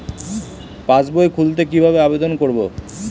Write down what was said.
পাসবই খুলতে কি ভাবে আবেদন করব?